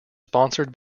sponsored